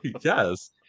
yes